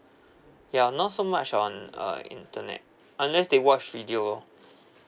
ya not so much on uh internet unless they watch video